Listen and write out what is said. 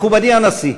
מכובדי הנשיא,